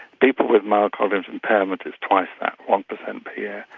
people with mild cognitive impairment it's twice that one percent per year,